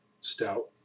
stout